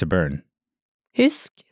Husk